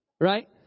right